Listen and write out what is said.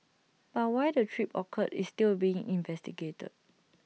but why the trip occurred is still being investigated